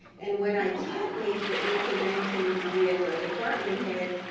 and when i can't make the interventions with department head,